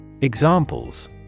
Examples